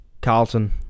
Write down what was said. Carlton